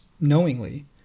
knowingly